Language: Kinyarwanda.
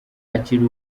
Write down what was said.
akiri